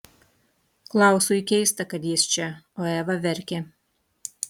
klausui keista kad jis čia o eva verkia